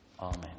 Amen